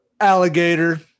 alligator